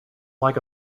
like